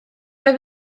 oedd